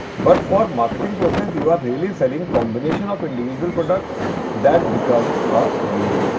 but for marketing process you are really selling combination of individual products that become a meal.